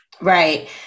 right